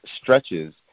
stretches